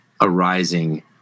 arising